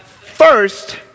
first